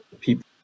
people